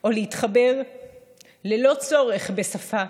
או להתחבר ללא צורך בשפה,